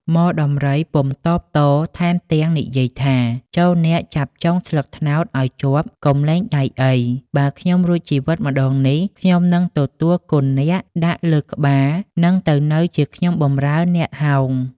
ទម័ក ពុំតបតថែមទាំង “ចូរអ្នកចាប់ចុងស្លឹកត្នោតឱ្យជាប់កុំលែងដៃអី បើខ្ញុំរួចជីវិតម្តងនេះ ខ្ញុំនឹងទទួលគុណអ្នក ដាក់លើក្បាលនិងទៅនៅជាខ្ញុំបំរើអ្នកហោង”។